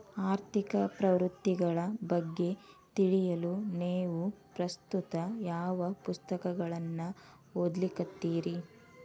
ಆರ್ಥಿಕ ಪ್ರವೃತ್ತಿಗಳ ಬಗ್ಗೆ ತಿಳಿಯಲು ನೇವು ಪ್ರಸ್ತುತ ಯಾವ ಪುಸ್ತಕಗಳನ್ನ ಓದ್ಲಿಕತ್ತಿರಿ?